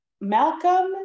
Malcolm